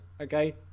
Okay